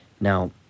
now